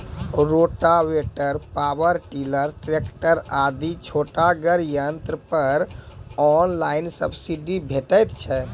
Rotavator, power tiller, tractor आदि छोटगर यंत्र पर ऑनलाइन सब्सिडी भेटैत छै?